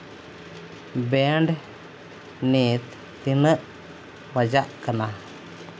band ᱱᱤᱛ ᱛᱤᱱᱟᱹᱜ ᱵᱟᱡᱟᱜ ᱠᱟᱱᱟ